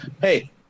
hey